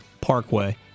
Parkway